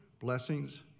Blessings